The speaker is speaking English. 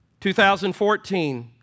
2014